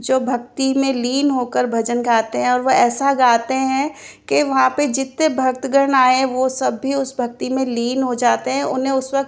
जो भक्ति में लीन होकर भजन गाते हैं और वे ऐसा गाते हैं कि वहाँ पर जितने भक्तगण आये वो सब भी उस भक्ति में लीन हो जाते हैं उन्हें उस वक़्त